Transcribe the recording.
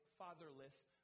fatherless